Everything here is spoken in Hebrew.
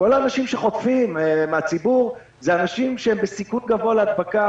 כל האנשים שחוטפים מן הציבור הם אנשים שנמצאים בסיכון גבוה להדבקה,